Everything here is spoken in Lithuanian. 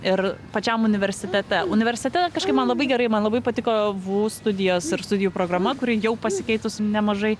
ir pačiam universitete universete kažkaip man labai gerai man labai patiko vu studijos ir studijų programa kuri jau pasikeitus nemažai